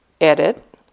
edit